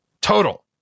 total